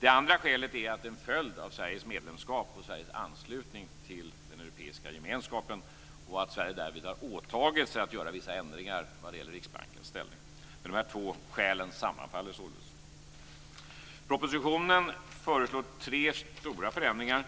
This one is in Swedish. Det andra skälet är en följd av Sveriges medlemskap och Sveriges anslutning till den europeiska gemenskapen, nämligen att Sverige därmed har åtagit sig att göra vissa ändringar vad gäller Riksbankens ställning. De här två skälen sammanfaller således. I propositionen föreslås tre stora förändringar.